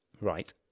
Right